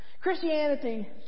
Christianity